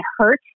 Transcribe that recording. hurt